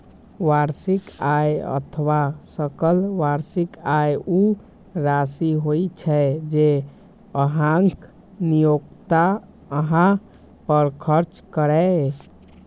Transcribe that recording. वार्षिक आय अथवा सकल वार्षिक आय ऊ राशि होइ छै, जे अहांक नियोक्ता अहां पर खर्च करैए